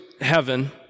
heaven